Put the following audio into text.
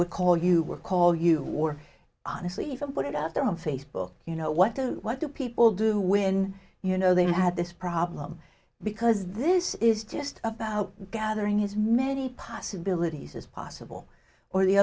would call you were call you or honestly even put it out there on facebook you know what do what do people do when you know they had this problem because this is just about gathering his many possibilities as possible or the